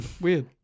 Weird